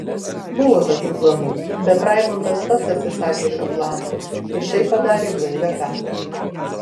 buvo tokių planų bet raimondas pats atsisakė šio plano ir tai padarė blaivia galva